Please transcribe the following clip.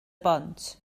bont